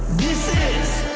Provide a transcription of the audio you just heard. this is